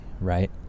right